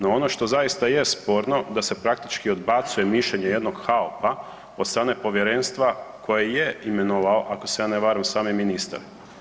No ono što zaista jest sporno da se praktički odbacuje mišljenje jednog HAOP-a od strane povjerenstva koje je imenovao, ako se ja ne varam, sami ministar.